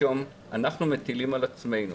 אנחנו מטילים על עצמנו,